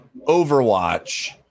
Overwatch